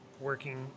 Working